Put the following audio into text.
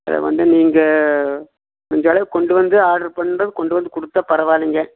அதை வந்து நீங்கள் முடிஞ்சளவுக்கு கொண்டு வந்து ஆடர் பண்ணுறது கொண்டு வந்து கொடுத்தா பரவாயில்லைங்க